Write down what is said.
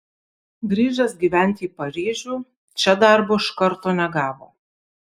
grįžęs gyventi į paryžių čia darbo iš karto negavo